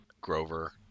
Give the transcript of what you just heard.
Grover